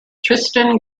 tristan